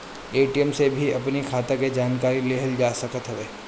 ATM से भी अपनी खाता के जानकारी लेहल जा सकत हवे